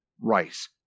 Rice